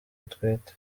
atwite